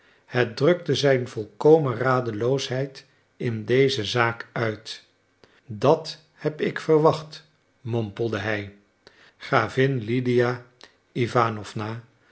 het drukte zijn volkomen radeloosheid in deze zaak uit dat heb ik verwacht mompelde hij gravin lydia iwanowna